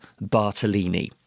Bartolini